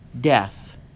death